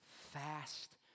fast